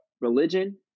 religion